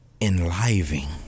enlivening